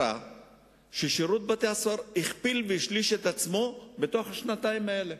שירות בתי-הסוהר הכפיל ושילש את עצמו בשנתיים האלה.